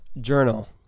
Journal